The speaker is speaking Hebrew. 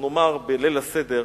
שנאמר בליל הסדר,